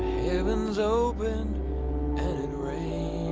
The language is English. heavens opened and it rained